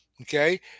Okay